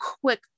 quick